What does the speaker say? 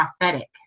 prophetic